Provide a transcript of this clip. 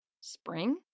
Spring